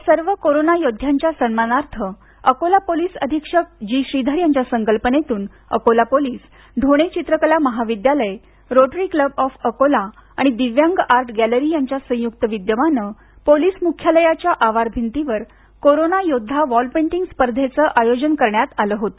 या सर्व कोरोना योद्ध्यांच्या सन्मानार्थ अकोला पोलीस अधीक्षक जी श्रीधर यांच्या संकल्पनेतून अकोला पोलीस ढोणे चित्रकला महाविद्यालय रोटरी क्लब ऑफ अकोला आणि दिव्यांग आर्ट गॅलरी यांचे संयुक्त विद्यमाने पोलिस मुख्यालयाच्या आवारभिंतीवर कोरोना योद्वा वॉल पेंटिंग स्पर्धेचे आयोजन करण्यात आले होते